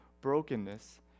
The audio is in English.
brokenness